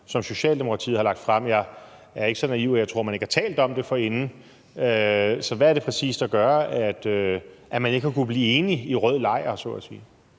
som Socialdemokratiet har lagt frem. Jeg er ikke så naiv, at jeg tror, at man ikke har talt om det forinden. Så hvad er det præcis, der gør, at man ikke har kunnet blive enige i rød lejr så at sige?